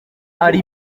ari